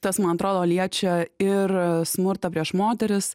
tas man atrodo liečia ir smurtą prieš moteris